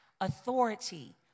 authority